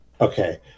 Okay